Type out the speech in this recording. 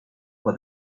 for